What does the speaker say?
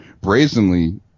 brazenly